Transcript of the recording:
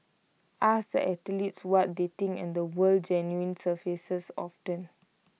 ask the athletes what they think and the word genuine surfaces often